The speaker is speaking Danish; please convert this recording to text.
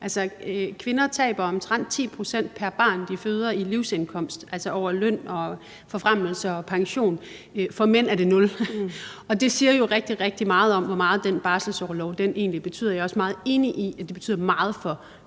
Altså, kvinder taber omtrent 10 pct. pr. barn, de føder, i livsindkomst, altså over løn, forfremmelse og pension. For mænd er det 0 pct. Og det siger jo rigtig, rigtig meget om, hvor meget den barselsorlov egentlig betyder. Jeg er også meget enig i, at det betyder meget for mænd,